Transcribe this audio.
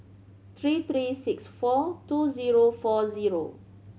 three three six four two zero four zero